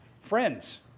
friends